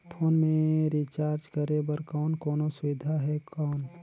Phone मे recharge करे बर और कोनो सुविधा है कौन?